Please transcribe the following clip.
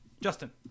Justin